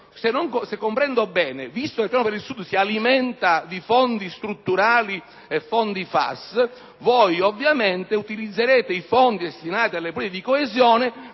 Se comprendo bene, visto che il Piano per il Sud si alimenta di fondi strutturali e di fondi FAS, voi ovviamente utilizzerete i fondi destinati alle politiche di coesione